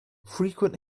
frequent